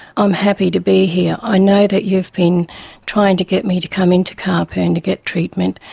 i'm happy to be here. i know that you've been trying to get me to come into caaapu and to get treatment,